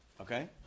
Okay